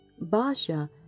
Basha